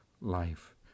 life